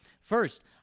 First